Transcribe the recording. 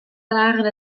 dagen